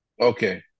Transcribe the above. Okay